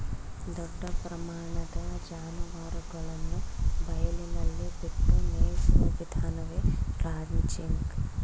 ದೊಡ್ಡ ಪ್ರಮಾಣದ ಜಾನುವಾರುಗಳನ್ನು ಬಯಲಿನಲ್ಲಿ ಬಿಟ್ಟು ಮೇಯಿಸುವ ವಿಧಾನವೇ ರಾಂಚಿಂಗ್